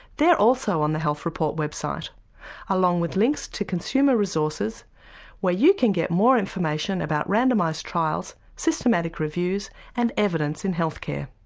they're also on the health report website along with links to consumer resources where you can get more information about randomised trials, systematic reviews and evidence in health care.